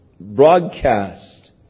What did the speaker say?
broadcast